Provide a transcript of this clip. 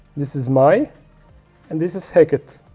this is my and this is hackett.